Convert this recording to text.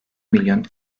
milyon